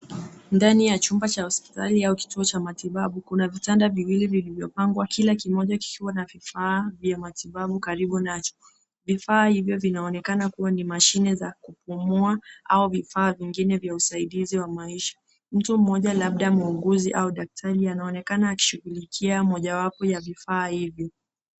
Ndani ya chumba cha hospitali au kituo cha matibabu, kuna vitanda viwili vilivyopangwa kila kimoja kikiwa na vifaa vya matibabu karibu nacho. Vifaa hivyo vinaonekana kuwa ni mashine za kupumua au vifaa vingine vya usaidizi wa maisha. Mtu mmoja labda muuguzi au daktari, anaonekana akishughulikia moja wapo ya vifaa hivyo.